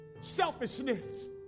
selfishness